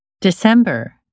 December